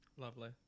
Lovely